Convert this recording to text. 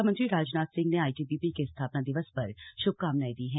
रक्षा मंत्री राजनाथ सिंह ने आईटीबीपी के स्थापना दिवस पर श्भकामनाएं दी हैं